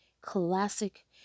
classic